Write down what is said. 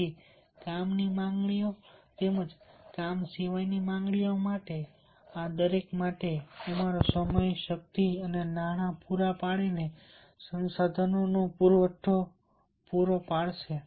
તેથી કામની માંગણીઓ તેમજ કામ સિવાયની માંગણીઓ માટે આ દરેક માટે અમારો સમય શક્તિ અને નાણાં પૂરા પાડીને સંસાધન પુરવઠો પૂરો પાડવો પડશે